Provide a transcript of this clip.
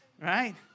right